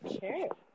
Sure